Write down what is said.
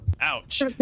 Ouch